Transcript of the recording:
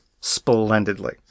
splendidly